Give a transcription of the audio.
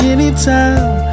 Anytime